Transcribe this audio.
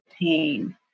pain